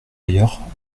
ailleurs